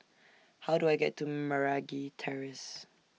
How Do I get to Meragi Terrace